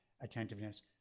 attentiveness